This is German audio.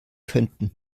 könnten